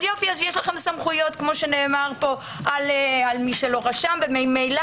אז יש לכם סמכויות על מי שלא רשם וממילא